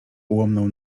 ułomną